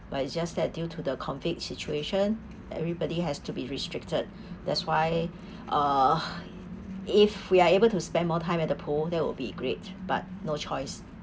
but it's just that due to the COVID situation everybody has to be restricted that's why uh if we are able to spend more time at the pool that will be great but no choice